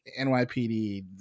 NYPD